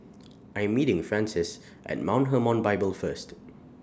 I Am meeting Frances At Mount Hermon Bible First